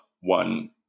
one